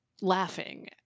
laughing